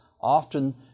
Often